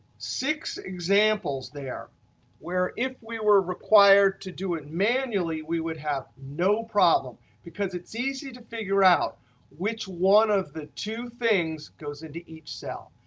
six examples there where if we were required to do it manually we would have no problem because it's easy to figure out which one of the two things goes into each cell.